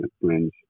friends